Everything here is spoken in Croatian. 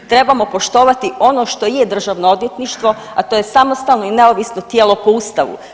Trebamo poštovati ono što je državno odvjetništvo, a to je samostalno i neovisno tijelo po Ustavu.